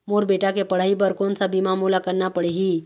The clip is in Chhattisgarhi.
मोर बेटा के पढ़ई बर कोन सा बीमा मोला करना पढ़ही?